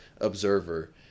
observer